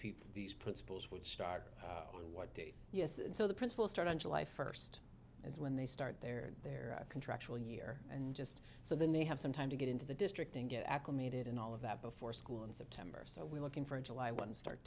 people these principals would start on what date so the press will start on july first as when they start their their contractual year and just so then they have some time to get into the district and get acclimated and all of that before school in september so we're looking for in july one start